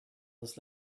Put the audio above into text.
this